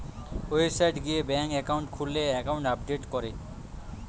website গিয়ে bank account খুললে account update করে